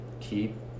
keep